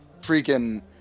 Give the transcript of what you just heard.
freaking